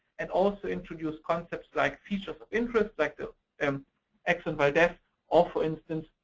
and also introduce concepts like features of interest, like the um exxon valdez or, for instance,